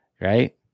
right